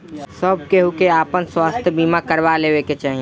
सब केहू के आपन स्वास्थ्य बीमा करवा लेवे के चाही